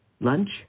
lunch